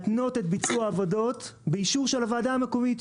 להתנות את ביצוע העבודות באישור של הוועדה המקומית,